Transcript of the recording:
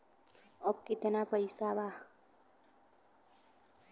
अब कितना पैसा बा?